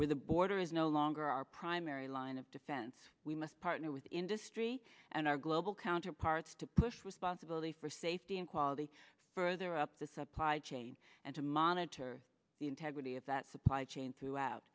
with the border is no longer our primary line of defense we must partner with industry and our global counterparts to push responsibility for safety and quality further up the supply chain and to monitor the integrity of that supply chain throughout